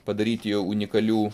padaryti jau unikalių